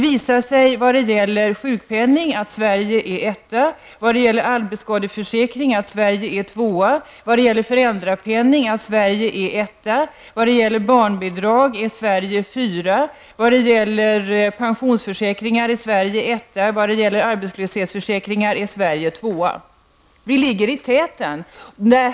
När det gäller sjukpenningen är Sverige etta, när det gäller arbetskadeförsäkringen är Sverige tvåa, när det gäller föräldrapenningen är Sverige etta, när det gäller barnbidrag ligger Sverige på fjärde plats, när det gäller pensionsförsäkringar är Sverige etta och när det gäller arbetslöshetsförsäkringar är Sverige tvåa -- vi ligger kort sagt i täten.